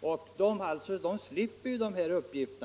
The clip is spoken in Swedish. vilka nu slipper de här uppgifterna.